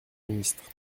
ministre